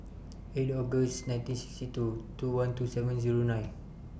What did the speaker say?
eight August nineteen sixty two two one two seven Zero nine